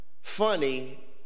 funny